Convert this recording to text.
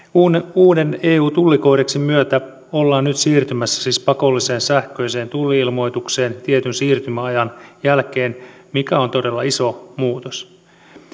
uuden eu tullikoodeksin myötä ollaan nyt siis siirtymässä pakolliseen sähköiseen tulli ilmoitukseen tietyn siirtymäajan jälkeen mikä on todella iso muutos